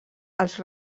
els